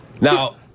Now